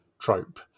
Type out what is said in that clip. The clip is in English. trope